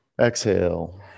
Exhale